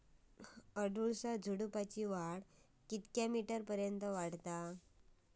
अडुळसा झुडूपाची वाढ कितक्या मीटर पर्यंत वाढता?